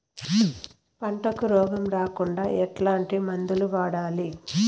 పంటకు రోగం రాకుండా ఎట్లాంటి మందులు వాడాలి?